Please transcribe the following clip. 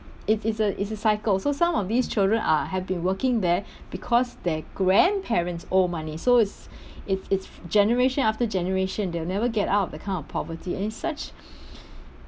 it it's a it's a cycle so some of these children uh have been working there because their grandparents owe money so it's it's it's generation after generation they'll never get out of the kind of poverty and it's such